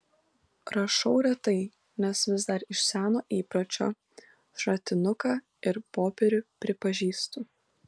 rašau retai nes vis dar iš seno įpročio šratinuką ir popierių pripažįstu